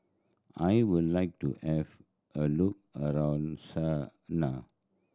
I would like to have a look around Sanaa